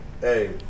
hey